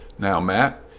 now, mat,